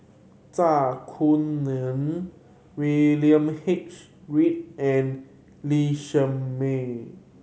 Zai Kuning William H Read and Lee Shermay